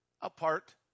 apart